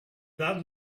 that